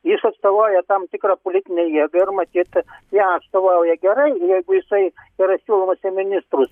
jis atstovauja tam tikrą politinę jėga ir matyt ją atstovauja gerai jeigu jisai yra siūlomas į minstrus